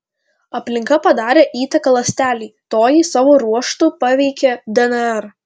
aplinka padarė įtaką ląstelei toji savo ruožtu paveikė dnr